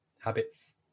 habits